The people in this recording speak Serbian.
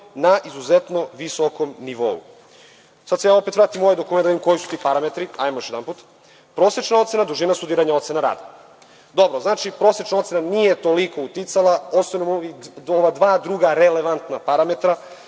na izuzetno visokom nivou. Sada se opet vraćam na ovaj dokument, da vidim koji su to parametri, hajmo još jedanput, prosečna ocena, dužina studiranja, ocena rada. Dobro prosečna ocena nije toliko uticala osim ova dva druga relevantna parametra,